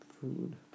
food